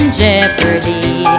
jeopardy